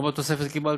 כמה עוד תוספת קיבלתם?